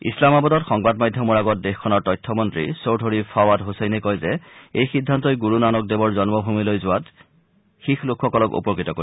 ইছলামাবাদত সংবাদ মাধ্যমৰ আগত দেশখনৰ তথ্য মন্নী চৌধুৰী ফাৱাড ছছেইনে কয় যে এই সিদ্ধান্তই গুৰু নানক দেৱৰ জন্মভূমিলৈ যোৱাত শিখ লোকসকলক উপকৃত কৰিব